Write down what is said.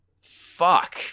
Fuck